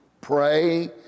Pray